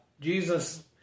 Jesus